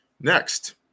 Next